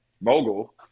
mogul